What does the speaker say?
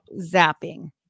zapping